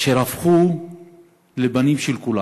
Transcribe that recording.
אשר הפכו לבנים של כולנו.